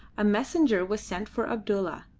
a messenger was sent for abdulla,